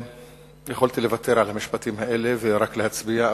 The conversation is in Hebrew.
יכולתי לוותר על המשפטים האלה ורק להצביע,